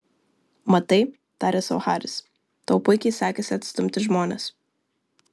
matai tarė sau haris tau puikiai sekasi atstumti žmones